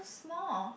small